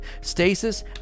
stasis